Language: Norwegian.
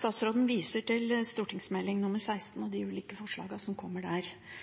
Statsråden viser til Meld. St. 16 for 2015–2016 og de ulike forslagene som kommer der. Det er veldig bra, og